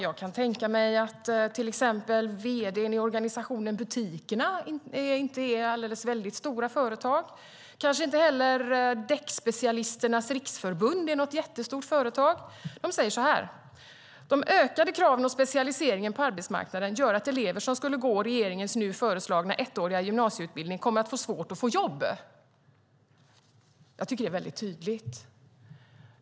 Jag kan tänka mig att till exempel organisationen Butikerna inte handlar om väldigt stora företag. Kanske är inte heller Däckspecialisternas Riksförbund något jättestort företag. De säger så här: De ökade kraven och specialiseringen på arbetsmarknaden gör att elever som skulle gå regeringens nu föreslagna ettåriga gymnasieutbildning kommer att få svårt att få jobb. Jag tycker att det är väldigt tydligt.